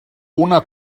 una